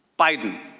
biden.